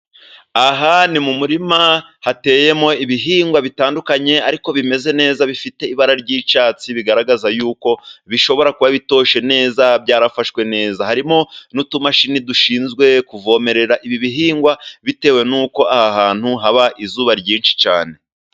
Aha ni mu murima hateyemo ibihingwa bitandukanye, ariko bimeze neza bifite ibara ry'icyatsi, bigaragaza yuko bishobora kuba bitoshye neza, byarafashwe neza, harimo n'utumashini dushinzwe kuvomerera, ibi ibihingwa bitewe n'uko aha hantu haba izuba ryinshi cyane.